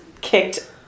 kicked